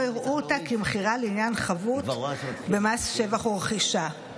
לא יראו אותה כמכירה לעניין חבות במס שבח ורכישה.